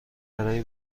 برای